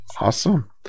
Awesome